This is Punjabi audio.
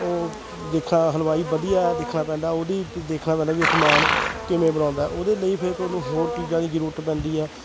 ਉਹ ਦੇਖਣਾ ਹਲਵਾਈ ਵਧੀਆ ਦੇਖਣਾ ਪੈਂਦਾ ਉਹਦੀ ਦ ਦੇਖਣਾ ਪੈਂਦਾ ਵੀ ਸਮਾਨ ਕਿਵੇਂ ਬਣਾਉਂਦਾ ਉਹਦੇ ਲਈ ਫਿਰ ਤੁਹਾਨੂੰ ਹੋਰ ਚੀਜ਼ਾਂ ਦੀ ਜ਼ਰੂਰਤ ਪੈਂਦੀ ਹੈ